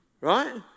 Right